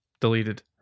deleted